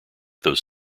those